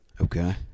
Okay